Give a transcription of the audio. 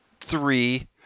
three